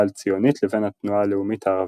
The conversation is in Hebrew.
הציונית לבין התנועה הלאומית הערבית.